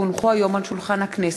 כי הונחו היום על שולחן הכנסת,